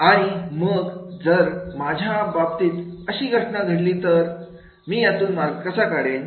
आणि मग जर माझ्या बाबतीत अशी घटना घडली तर मी यातून कसा मार्ग काढेल